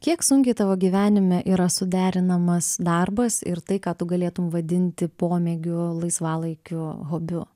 kiek sunkiai tavo gyvenime yra suderinamas darbas ir tai ką tu galėtum vadinti pomėgiu laisvalaikiu hobiu